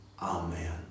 Amen